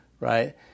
right